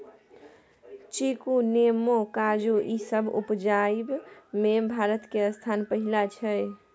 चीकू, नेमो, काजू ई सब उपजाबइ में भारत के स्थान पहिला छइ